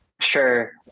Sure